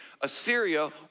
Assyria